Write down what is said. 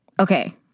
Okay